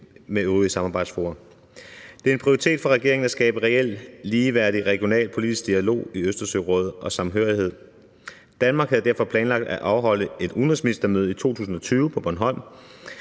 med øvrige samarbejdsfora. Det er en prioritet for regeringen at skabe reel ligeværdig og regional politisk dialog samt samhørighed i Østersørådet. Danmark havde derfor planlagt at afholde et udenrigsministermøde i 2020 på Bornholm,